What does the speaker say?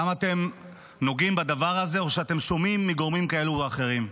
כמה אתם נוגעים בדבר הזה או שאתם שומעים מגורמים כאלו ואחרים,